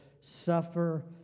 suffer